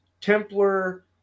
templar